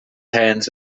hands